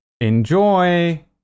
Enjoy